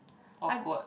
awkward